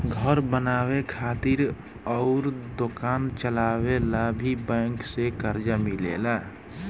घर बनावे खातिर अउर दोकान चलावे ला भी बैंक से कर्जा मिलेला